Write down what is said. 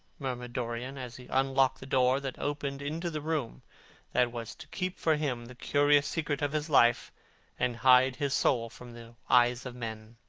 murmured dorian as he unlocked the door that opened into the room that was to keep for him the curious secret of his life and hide his soul from the eyes of men.